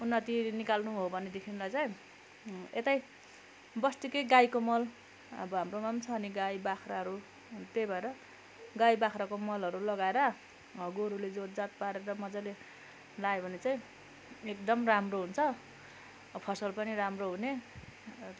उन्नति निकाल्नु हो भने देखिलाई चाहिँ यतै बस्तीकै गाईको मल अब हाम्रोमा पनि छ नि गाई बाख्राहरू त्यही भएर गाई बाख्राको मलहरू लगाएर गोरुले जोतजात पारेर मजाले लगायो भने चाहिँ एकदम राम्रो हुन्छ फसल पनि राम्रो हुने